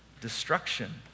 destruction